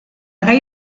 gai